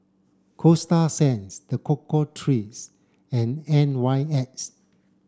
Coasta Sands The Cocoa Trees and N Y X